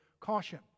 caution